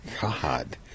God